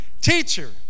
Teacher